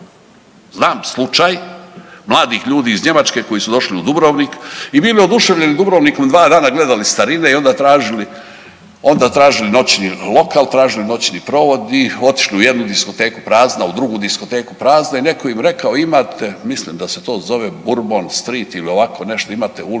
Znam slučaj mladih ljudi iz Njemačke koji su došli u Dubrovnik i bili oduševljeni Dubrovnikom, dva dana gledali starine i onda tražili, onda tražili noćni lokal, tražili noćni provod i otišli u jednu diskoteku prazna, u drugu diskoteku prazna i netko im rekao imate, mislim da se to zove Bourbon Street ili ovako nešto, imate ulicu